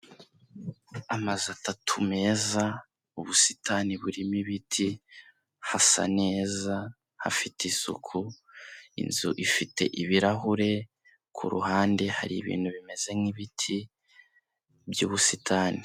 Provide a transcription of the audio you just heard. Amazu atatu meza, ubusitani burimo ibiti, hasa neza hafite isuku inzu ifite ibirahure, kuruhande hari ibintu bimeze nk'ibiti by'ubusitani.